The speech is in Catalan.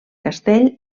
castell